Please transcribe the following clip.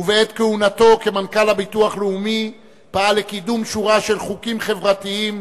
ובעת כהונתו כמנכ"ל הביטוח הלאומי פעל לקידום שורה של חוקים חברתיים,